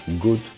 good